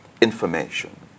information